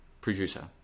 producer